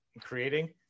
Creating